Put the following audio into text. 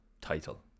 title